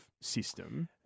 system